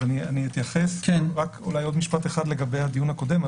אני אתייחס רק במשפט אחד לגבי הדיון הקודם.